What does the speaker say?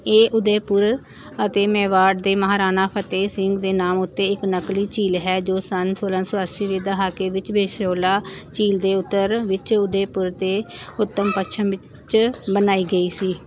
ਇਹ ਉਦੈਪੁਰ ਅਤੇ ਮੇਵਾੜ ਦੇ ਮਹਾਰਾਣਾ ਫਤਿਹ ਸਿੰਘ ਦੇ ਨਾਮ ਉੱਤੇ ਇੱਕ ਨਕਲੀ ਝੀਲ ਹੈ ਜੋ ਸੰਨ ਸੋਲ੍ਹਾਂ ਸੌ ਅੱਸੀਵੇਂ ਦਹਾਕੇ ਵਿੱਚ ਪਿਛੋਲਾ ਝੀਲ ਦੇ ਉੱਤਰ ਵਿੱਚ ਉਦੈਪੁਰ ਦੇ ਉੱਤਰ ਪੱਛਮ ਵਿੱਚ ਬਣਾਈ ਗਈ ਸੀ